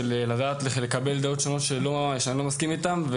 של לדעת לקבל דעות שונות שאני לא מסכים איתם.